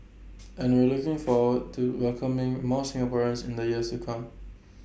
and we're looking forward to welcoming more Singaporeans in the years to come